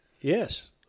Yes